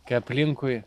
kai aplinkui